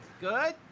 Good